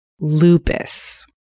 lupus